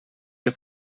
que